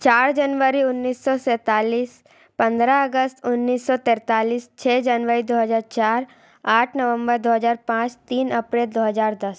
चार जनवरी उन्नीस सौ सैंतालीस पंद्रह अगस्त उन्नीस सौ तैंतालीस छः जनवइ दो हज़ार चार आठ नवंबर दो हज़ार पाँच तीन अपरे दो हज़ार दस